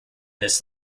this